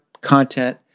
content